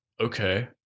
okay